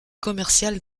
commercial